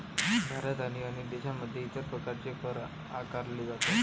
भारत आणि अनेक देशांमध्ये इतर प्रकारचे कर आकारले जातात